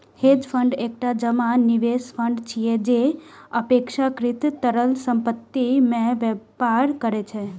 hedge fund एकटा जमा निवेश फंड छियै, जे अपेक्षाकृत तरल संपत्ति मे व्यापार करै छै